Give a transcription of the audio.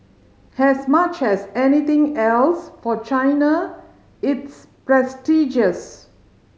as much as anything else for China it's prestigious